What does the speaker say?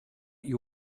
you